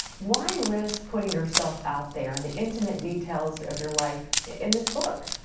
why risk putting yourself out there, and the intimate details of your life, in this book?